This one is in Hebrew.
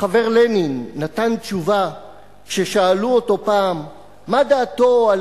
החבר לנין נתן תשובה כששאלו אותו פעם מה דעתו על